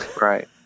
Right